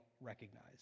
recognize